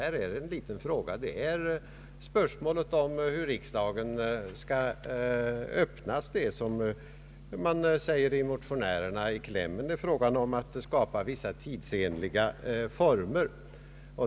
Det är en liten fråga, detta om hur riksdagen skall öppnas. Det gäller, som motionärerna säger, att skapa vissa tidsenligt former.